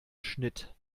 schnitt